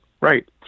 Right